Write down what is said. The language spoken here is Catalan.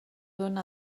dóna